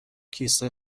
کیسه